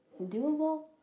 doable